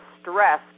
stress